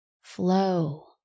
flow